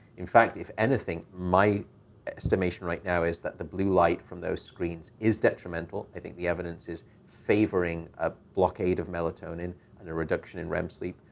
in fact, if anything, my estimation right now is that the blue light from those screens is detrimental. i think the evidence is favoring a blockade of melatonin and a reduction in rem sleep.